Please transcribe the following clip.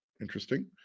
Interesting